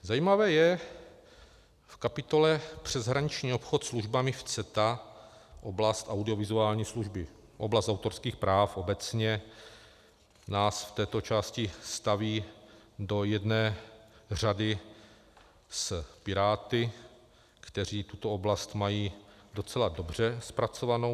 Zajímavé je v kapitole přeshraniční obchod službami v CETA, oblast audiovizuální služby, oblast autorských práv obecně, nás v této části staví do jedné řady s Piráty, kteří tuto oblast mají docela dobře zpracovanou.